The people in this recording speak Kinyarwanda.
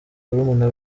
barumuna